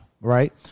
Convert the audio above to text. right